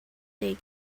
they